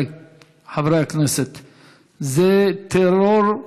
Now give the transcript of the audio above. חברי הכנסת, זה טרור.